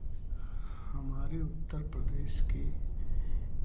हमारे उत्तर प्रदेश के